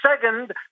second